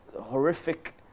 horrific